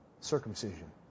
circumcision